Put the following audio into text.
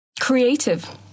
Creative